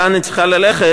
לאן היא צריכה ללכת,